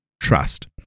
trust